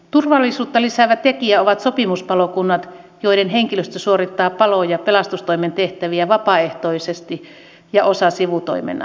turvallisuutta lisäävä tekijä ovat sopimuspalokunnat joiden henkilöstö suorittaa palo ja pelastustoimen tehtäviä vapaaehtoisesti ja osa sivutoimenaan